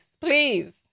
please